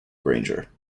granger